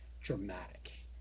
dramatic